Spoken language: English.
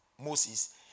Moses